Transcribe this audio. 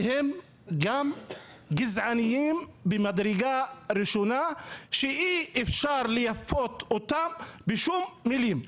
והם גם גזעניים ממדרגה ראשונה שאי אפשר לייפות אותם בשום מילים.